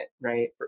right